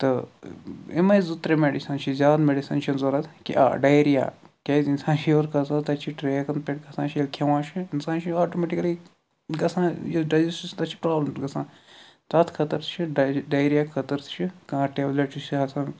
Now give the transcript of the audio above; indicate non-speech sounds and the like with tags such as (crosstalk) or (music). تہٕ یِمَے زٕ ترٛےٚ میٚڈِسَن چھِ زیادٕ میٚڈِسَن چھِنہٕ ضوٚرتھ آ ڈاییریا کیٛازِ اِنسان چھُ ہیوٚر کھَسان تتہِ چھ ٹرٛیکَن پٮ۪ٹھ کھَسان چھِ ییٚلہِ کھٮ۪وان چھِ اِنسان چھُ آٹومیٹِکلی گَژھان یۄس دایجَسٹ (unintelligible) تَتھ چھِ پرابلَم گَژھان تتھ خٲطرٕ چھِ ڈایجہِ ڈاییریا خٲطرٕ چھِ کانٛہہ ٹیبلِٹ یُس چھِ آسان